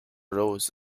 rose